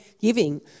giving